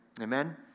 Amen